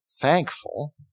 thankful